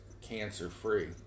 cancer-free